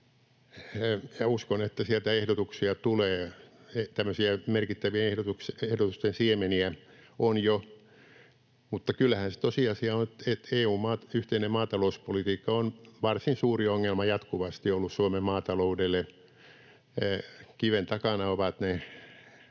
uskon, että sieltä ehdotuksia tulee. Tämmöisiä merkittäviä ehdotusten siemeniä on jo, mutta kyllähän se tosiasia on, että EU:n yhteinen maatalouspolitiikka on ollut jatkuvasti varsin suuri ongelma Suomen maataloudelle. Kiven takana ovat ne